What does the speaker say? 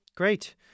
Great